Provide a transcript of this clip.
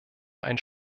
ein